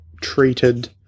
treated